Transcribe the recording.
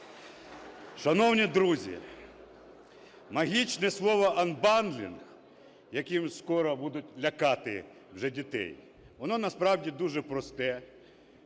Шановні друзі, магічне слово "анбандлінг", яким скоро будуть лякати вже дітей. Воно насправді дуже просте.